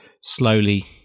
slowly